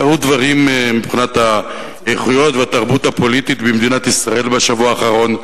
קרו דברים מבחינת האיכויות והתרבות הפוליטית במדינת ישראל בשבוע האחרון,